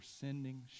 sending